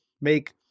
make